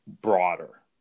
broader